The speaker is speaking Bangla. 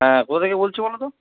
হ্যাঁ কোথা থেকে বলছো বলতো